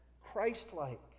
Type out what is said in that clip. Christ-like